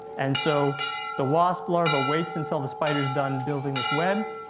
and so the wasp larva waits until the spider's done building this web,